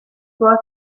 fort